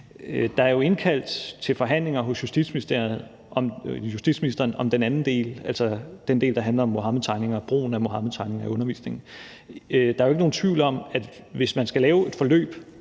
Der er jo indkaldt til forhandlinger hos justitsministeren om den anden del, altså den del, der handler om Muhammedtegningerne og brugen af Muhammedtegningerne i undervisningen. Der er jo ikke nogen tvivl om, at hvis man skal lave et forløb